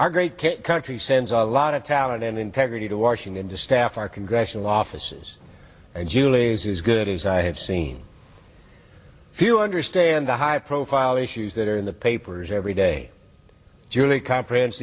our great country sends a lot of talent and integrity to washington to staff our congressional offices and julie is as good as i have seen if you understand the high profile issues that are in the papers every day julie co